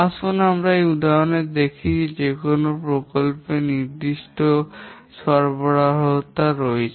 আসুন আমরা এই উদাহরণটি দেখি যেখানে কোনও প্রকল্পের নির্দিষ্ট সরবরাহযোগ্য রয়েছে